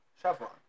Chevron